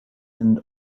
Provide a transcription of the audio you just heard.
and